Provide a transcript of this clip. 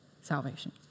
salvation